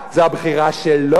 זה הבחירה שלו.